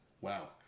Wow